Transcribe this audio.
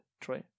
Troy